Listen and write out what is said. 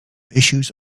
issues